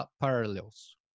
parallels